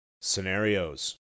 Scenarios